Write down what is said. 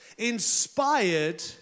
Inspired